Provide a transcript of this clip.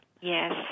Yes